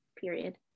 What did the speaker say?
period